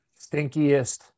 stinkiest